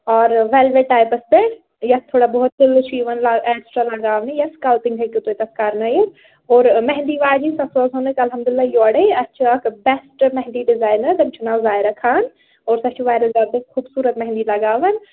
اور velvet types پٮ۪ٹھ یَتھ تھوڑا بہت تِلہٕ چھُ یِوان اٮ۪ڈشِنَل لاگنہٕ یا سٕکَلپِنٛگ ہیٚکِو تُہۍ تَتھ کَرنٲیِتھ اور مہندی واجیٚنۍ سۄ سوزون أسۍ الحمدُاللہ یورَے اَسہِ چھِ اَکھ بٮ۪سٹ مہندی ڈِزاینَر تٔمِس چھُ ناو زایرہ خان اور سۄ چھِ واریاہ زیادٕ خوٗبصوٗرَت مہنٛدی لگاوان